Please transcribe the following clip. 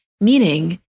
Meaning